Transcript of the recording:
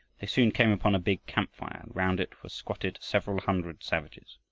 they soon came upon a big camp-fire and round it were squatted several hundred savages.